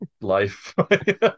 life